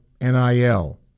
NIL